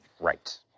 Right